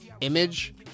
image